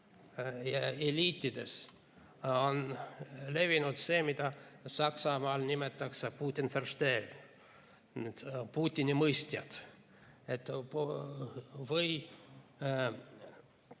ja eliitides on levinud see, mida Saksamaal nimetatakse "Putins Versteher" ehk "Putini mõistjad". Või,